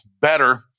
better